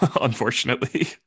unfortunately